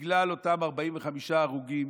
בגלל אותם 45 הרוגים